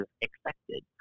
expected